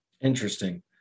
Interesting